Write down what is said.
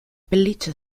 pelliccia